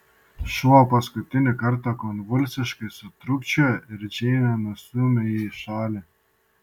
šuo paskutinį kartą konvulsiškai sutrūkčiojo ir džeinė nustūmė jį į šalį